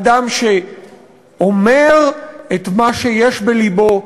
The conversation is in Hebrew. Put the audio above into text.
אדם שאומר את מה שיש בלבו,